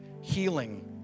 healing